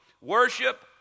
worship